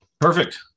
Perfect